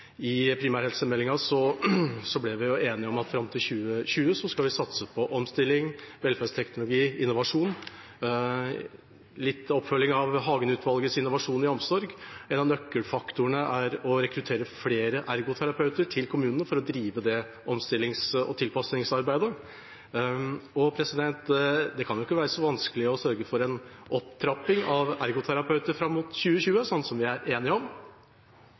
I primærhelsemeldinga ble vi enige om at fram til 2020 skal vi satse på omstilling, velferdsteknologi, innovasjon og litt oppfølging av Hagen-utvalgets Innovasjon i omsorg. En av nøkkelfaktorene er å rekruttere flere ergoterapeuter til kommunene for å drive det omstillings- og tilpasningsarbeidet. Det kan ikke være så vanskelig å sørge for en opptrapping av ergoterapeuter fram mot 2020, sånn som vi er enige om.